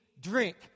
drink